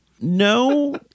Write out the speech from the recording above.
No